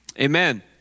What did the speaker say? Amen